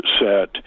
set